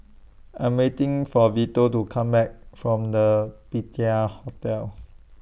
I'm waiting For Vito to Come Back from The Patina Hotel